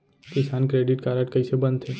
किसान credit card कइसे बनथे?